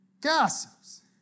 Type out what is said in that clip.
Gossips